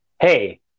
hey